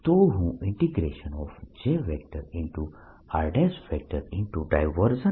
તો હું Jr